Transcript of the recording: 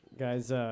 Guys